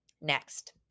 Next